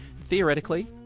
Theoretically